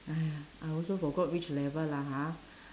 !aiya! I also forgot which level lah ha